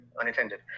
unintended